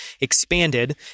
expanded